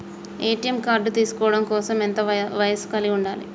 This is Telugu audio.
ఏ.టి.ఎం కార్డ్ తీసుకోవడం కోసం ఎంత వయస్సు కలిగి ఉండాలి?